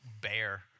bear